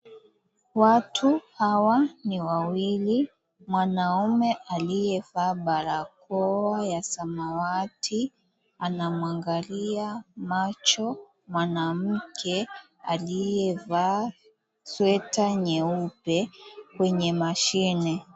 Watu hawa ni wawili na naona wamevaa barakoa ya samawati, anamuangalia macho mwanamke aliyevaa sweater nyeupe kwenye mashini.